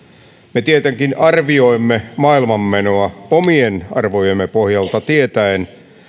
me tietenkin arvioimme maailmanmenoa omien arvojemme pohjalta tietäen